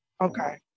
Okay